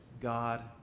God